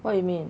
what you mean